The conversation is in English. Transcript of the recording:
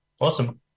Awesome